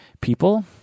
people